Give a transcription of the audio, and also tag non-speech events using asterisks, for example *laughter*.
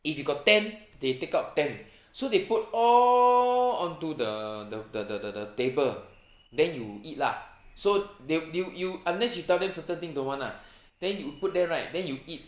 if you got ten they take out ten *breath* so they put all onto the the the the the table then you eat lah so the~ you you unless you tell them certain thing don't want lah *breath* then you put there right then you eat